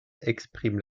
exprime